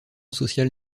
social